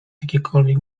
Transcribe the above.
jakiekolwiek